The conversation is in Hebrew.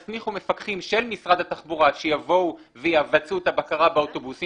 תסמיכו מפקחים של משרד התחבורה שיבצעו את הבקרה באוטובוסים